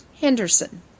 Henderson